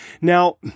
Now